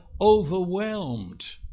overwhelmed